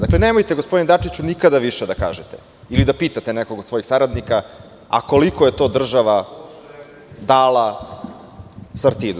Dakle, nemojte gospodine Dačiću nikada više da kažete ili da pitate nekog od svojih saradnika – a koliko je to država dala Sartidu?